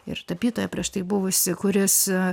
ir tapytoją prieš tai buvusį kuris